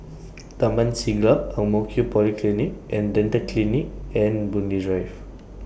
Taman Siglap Ang Mo Kio Polyclinic and Dental Clinic and Boon Lay Drive